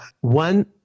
One